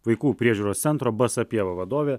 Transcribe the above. vaikų priežiūros centro basa pieva vadovė